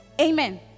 Amen